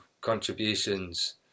contributions